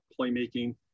playmaking